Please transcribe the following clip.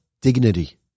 dignity